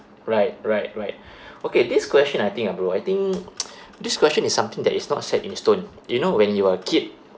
right right right okay this question I think ah bro I think this question is something that is not set in the stone you know when you were a kid